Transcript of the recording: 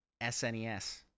SNES